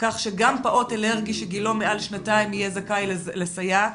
שגם פעוט אלרגי שגילו מעל שנתיים יהיה זכאי לסייעת.